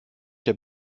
der